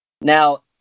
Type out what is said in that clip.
Now